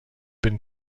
been